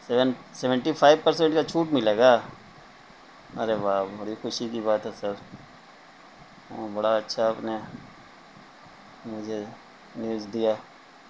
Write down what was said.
seven seventy five percent کا چھوٹ ملے گا ارے واہ بڑی خوشی کی بات ہے سر بڑا اچھا آپ نے مجھے نیوز دیا